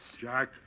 Jack